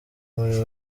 muri